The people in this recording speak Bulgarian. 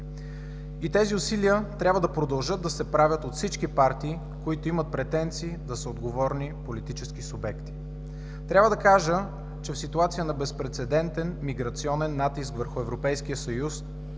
и тези усилия трябва да продължат да се правят от всички партии, които имат претенции да са отговорни политически субекти. Трябва да кажа, че в ситуация на безпрецедентен миграционен натиск върху Европейския съюз